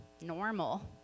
normal